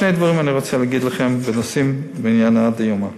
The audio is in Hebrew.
שני דברים אני רוצה להגיד לכם בנושאים של ענייני דיומא.